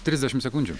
trisdešim sekundžių